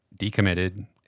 decommitted